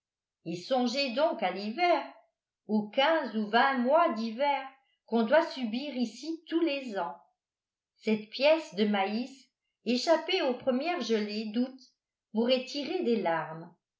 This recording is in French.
et songez donc à l'hiver aux quinze ou vingt mois d'hiver qu'on doit subir ici tous les ans cette pièce de maïs échappée aux premières gelées d'août m'aurait tiré des larmes